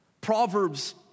Proverbs